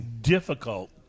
difficult